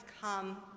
come